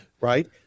right